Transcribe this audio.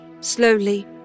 slowly